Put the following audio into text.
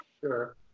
Sure